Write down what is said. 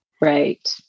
right